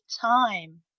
time